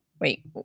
Wait